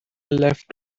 left